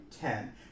ten